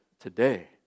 today